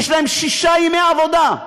יש להם שישה ימי עבודה.